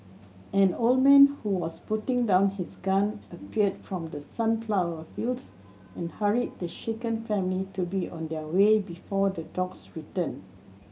an old man who was putting down his gun appeared from the sunflower fields and hurried the shaken family to be on their way before the dogs return